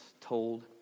told